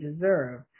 deserve